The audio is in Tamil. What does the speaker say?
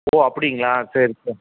ஓ அப்படிங்களா சரி சரி